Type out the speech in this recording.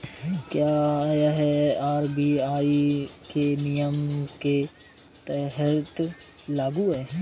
क्या यह आर.बी.आई के नियम के तहत लागू है?